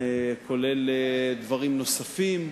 לרבות דברים נוספים.